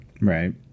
Right